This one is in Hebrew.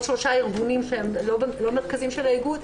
שלושה ארגונים שהם לא מרכזים של האיגוד,